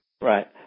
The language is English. right